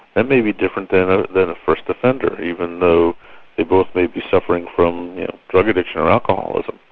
and may be different than and than a first offender, even though they both may be suffering from drug addiction or alcoholism.